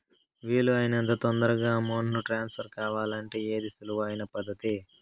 వీలు అయినంత తొందరగా అమౌంట్ ను ట్రాన్స్ఫర్ కావాలంటే ఏది సులువు అయిన పద్దతి